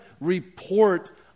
report